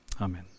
Amen